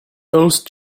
those